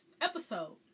episode